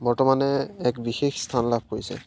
বৰ্তমানে এক বিশেষ স্থান লাভ কৰিছে